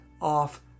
off